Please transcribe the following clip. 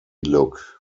look